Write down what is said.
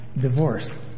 Divorce